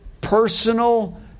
personal